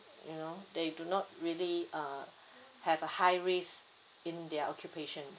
you know they do not really uh have a high risk in their occupation